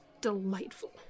delightful